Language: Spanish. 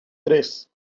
tres